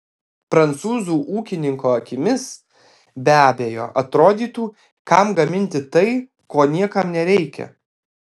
prancūzų ūkininko akimis be abejo atrodytų kam gaminti tai ko niekam nereikia